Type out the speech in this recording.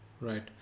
right